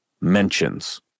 mentions